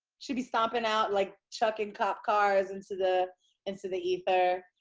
she'd be stomping out like, chucking cop cars into the into the ether.